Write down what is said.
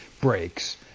breaks